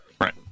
Right